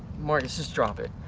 marcus just drop it.